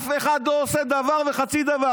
אף אחד לא עושה דבר וחצי דבר,